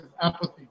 apathy